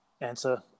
answer